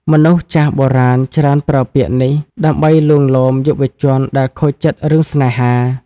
មនុស្សចាស់បុរាណច្រើនប្រើពាក្យនេះ ដើម្បីលួងលោមយុវជនដែលខូចចិត្តរឿងស្នេហា។